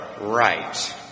right